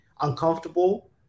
uncomfortable